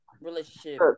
relationship